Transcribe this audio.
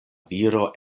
viro